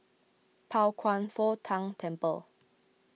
Pao Kwan Foh Tang Temple